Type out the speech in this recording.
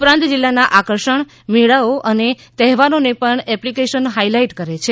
ઉપરાંત જીલ્લાના આકર્ષણ મેળાઓ અને તહેવારોને પણ એપ્લિકેશન હાઇલાઇટ કરે છે